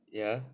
ya